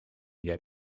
yet